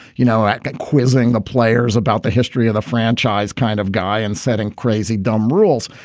you know, i got quizzing the players about the history of the franchise kind of guy and setting crazy, dumb rules.